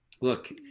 Look